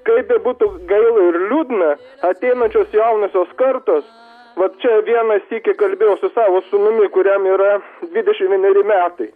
kaip bebūtų gaila ir liūdna ateinančios jaunosios kartos vat čia vieną sykį kalbėjau su savo sūnumi kuriam yra dvidešim vieneri metai